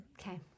okay